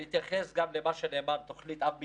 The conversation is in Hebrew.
אני אתייחס גם למה שנאמר על "תוכנית אב מטענים".